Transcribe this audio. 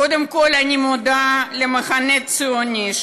קודם כול אני מודה למחנה הציוני,